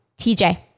TJ